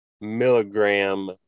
milligram